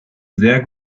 sehr